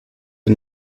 der